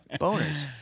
Boners